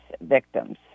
victims